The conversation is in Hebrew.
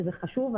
שזה חשוב,